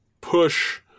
push